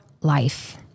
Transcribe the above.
life